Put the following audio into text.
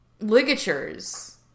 ligatures